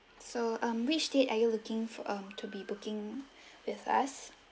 so um which date are you looking for um to be booking with us